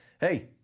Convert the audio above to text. hey